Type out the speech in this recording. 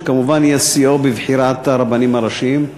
שכמובן שיאו יהיה בבחירת הרבנים הראשיים.